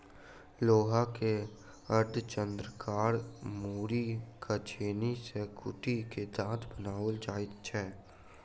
लोहा के अर्धचन्द्राकार मोड़ि क छेनी सॅ कुटि क दाँत बनाओल जाइत छै